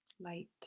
Light